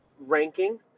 ranking